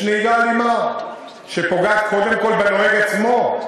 יש נהיגה אלימה, שפוגעת קודם כול בנוהג עצמו.